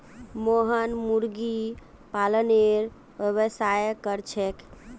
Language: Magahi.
मोहन मुर्गी पालनेर व्यवसाय कर छेक